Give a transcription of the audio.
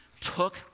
took